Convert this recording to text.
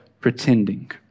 pretending